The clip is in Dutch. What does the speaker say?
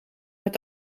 met